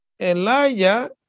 Elijah